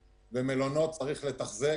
מלונות צריך לתחזק